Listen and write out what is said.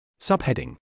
Subheading